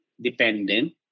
dependent